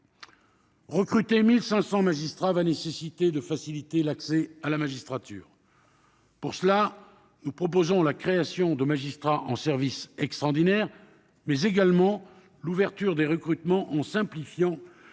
Recruter 1 500 magistrats va nécessiter de faciliter l'accès à la magistrature. Pour cela, nous proposons la création de magistrats en service extraordinaire, mais également une ouverture des recrutements, en simplifiant les différentes